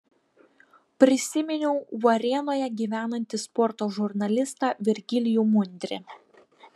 prisiminiau varėnoje gyvenantį sporto žurnalistą virgilijų mundrį